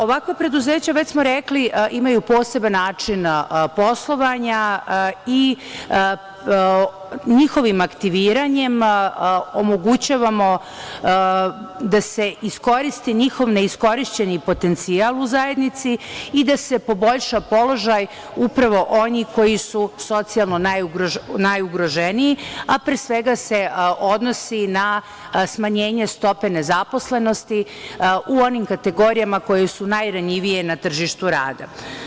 Ovakva preduzeća, već smo rekli, imaju poseban način poslovanja i njihovim aktiviranjem omogućavamo da se iskoristi njihov ne iskorišćeni potencijal u zajednici i da se poboljša položaj upravo onih koji su socijalno najugroženiji, a pre svega se odnosi na smanjenje stope nezaposlenosti u onim kategorijama koje su najranjivije na tržištu rada.